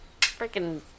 freaking